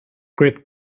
grip